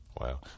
Wow